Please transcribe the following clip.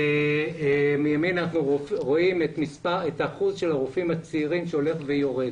מימין אנחנו רואים את אחוז הרופאים הצעירים שהולך ויורד.